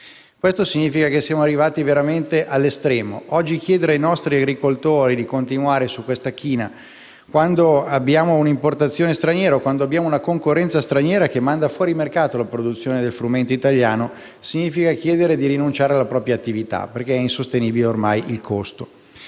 Ciò significa che siamo arrivati veramente all'estremo. Oggi chiedere ai nostri agricoltori di continuare su questa china, quando abbiamo un'importazione e una concorrenza straniera che manda fuori mercato la produzione di frumento italiano, significa chiedere di rinunciare alla propria tra attività, perché il costo è ormai